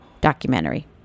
documentary